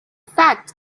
fact